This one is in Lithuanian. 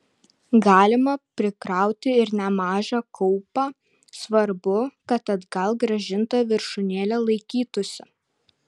galima prikrauti ir nemažą kaupą svarbu kad atgal grąžinta viršūnėlė laikytųsi